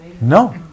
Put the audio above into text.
No